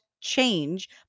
change